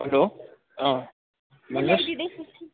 hello अँ भन्नुहोस्